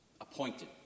Appointed